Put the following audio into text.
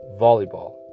volleyball